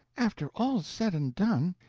after all's said and done,